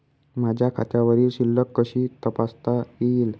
माझ्या खात्यावरील शिल्लक कशी तपासता येईल?